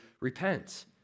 repent